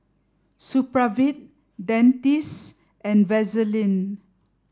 Supravit Dentiste and Vaselin